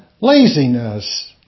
laziness